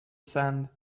sand